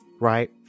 Right